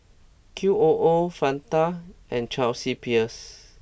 Q O O Fanta and Chelsea Peers